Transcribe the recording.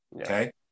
Okay